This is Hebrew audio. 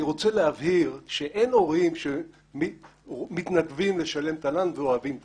אני רוצה להבהיר שאין הורים שמתנדבים לשלם תל"ן ואוהבים תל"ן.